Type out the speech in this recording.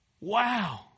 Wow